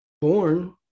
born